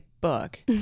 Book